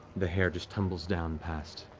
the hair just tumbles down past,